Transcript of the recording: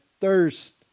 Thirst